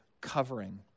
covering